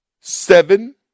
seven